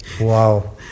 Wow